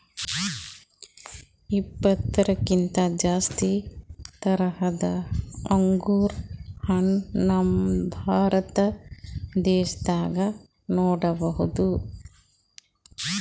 ಇಪ್ಪತ್ತಕ್ಕಿಂತ್ ಜಾಸ್ತಿ ಥರದ್ ಅಂಗುರ್ ಹಣ್ಣ್ ನಮ್ ಭಾರತ ದೇಶದಾಗ್ ನೋಡ್ಬಹುದ್